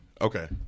Okay